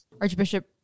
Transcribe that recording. archbishop